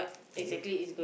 that you've